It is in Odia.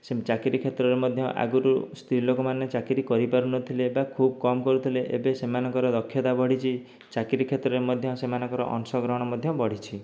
ଚାକିରୀ କ୍ଷେତ୍ର ରେ ମଧ୍ୟ ଆଗରୁ ସ୍ତ୍ରୀ ଲୋକମାନେ ଚାକିରୀ କରି ପାରୁନଥିଲେ ବା ଖୁବ୍ କମ୍ କରୁଥିଲେ ଏବେ ସେମାନଙ୍କର ଦକ୍ଷତା ବଢିଛି ଚାକିରୀ କ୍ଷେତ୍ରରେ ମଧ୍ୟ ସେମାନଙ୍କର ଅଂଶ ଗ୍ରହଣ ମଧ୍ୟ ବଢିଛି